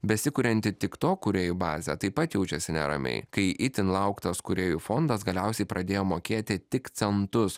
besikurianti tik tok kūrėjų bazė taip pat jaučiasi neramiai kai itin lauktas kūrėjų fondas galiausiai pradėjo mokėti tik centus